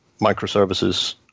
microservices